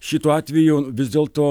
šituo atveju vis dėlto